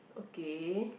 K